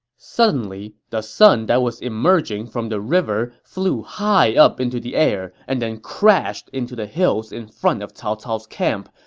suddenly, the sun that was emerging from the river flew high up into the air and then crashed into the hills in front of cao cao's camp,